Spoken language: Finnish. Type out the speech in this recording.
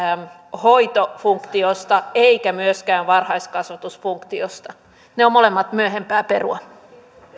hoitofunktiosta eikä myöskään varhaiskasvatusfunktiosta ne ovat molemmat myöhempää perua